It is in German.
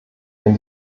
wenn